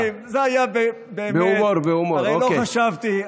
חברים, זה היה באמת, הרי לא חשבתי,